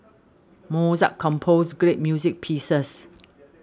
Mozart composed great music pieces